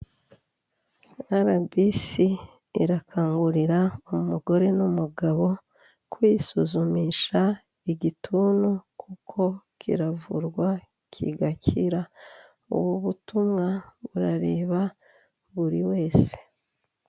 RBC irakangurira umugore n'umugabo kwisuzumisha igituntu kuko kiravurwa kigakira, ubu butumwa burareba buri wese.